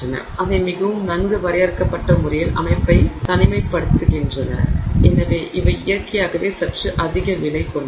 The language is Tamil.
எனவே அவை மிகவும் நன்கு வரையறுக்கப்பட்ட முறையில் அமைப்பை தனிமைப்படுத்துகின்றன எனவே அவை இயற்கையாகவே சற்று அதிக விலை கொண்டவை